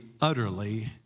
utterly